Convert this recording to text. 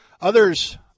Others